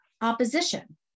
opposition